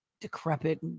decrepit